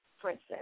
princess